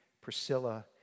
Priscilla